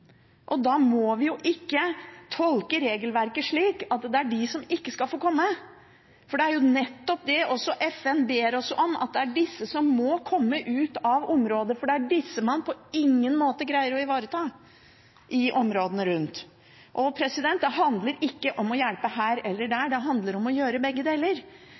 ungene. Da må vi ikke tolke regelverket slik at det er de som ikke skal få komme. Og det er nettopp det også FN ber oss om, at det er disse som må komme ut av området, for det er disse man på ingen måte greier å ivareta i områdene rundt. Det handler ikke om å hjelpe her eller der, det handler om å gjøre begge deler.